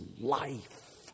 life